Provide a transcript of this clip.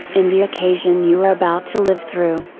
in the occasion you are about to live through.